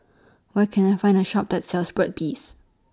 Where Can I Find A Shop that sells Burt's Bees